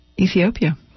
Ethiopia